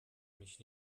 mich